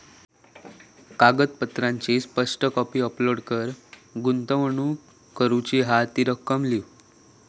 कागदपत्रांची soft copy upload कर, गुंतवणूक करूची हा ती रक्कम लिव्ह